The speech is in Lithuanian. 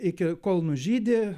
iki kol nužydi